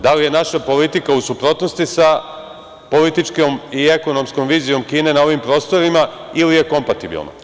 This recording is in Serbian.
Da li je naša politika u suprotnosti sa političkom i ekonomskom vizijom Kina na ovim prostorima ili je kompatibilna?